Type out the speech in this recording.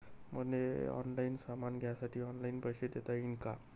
मले ऑनलाईन सामान घ्यासाठी ऑनलाईन पैसे देता येईन का?